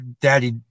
Daddy